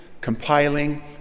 compiling